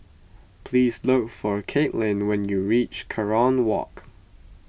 please look for Caitlin when you reach Kerong Walk